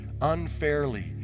unfairly